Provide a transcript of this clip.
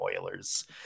Oilers